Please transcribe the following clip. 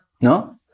No